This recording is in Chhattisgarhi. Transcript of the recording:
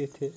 देथे